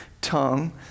tongue